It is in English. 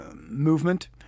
movement